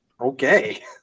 Okay